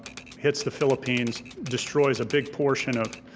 hits the philippines, destroys a big portion of